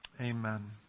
Amen